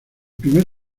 primer